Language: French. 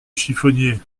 chiffonnier